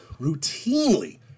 routinely